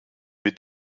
mit